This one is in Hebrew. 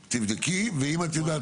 רועי, הייתי אתכם בהפגנות.